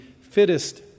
fittest